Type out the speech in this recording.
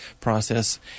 process